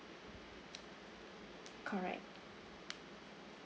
correct